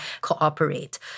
cooperate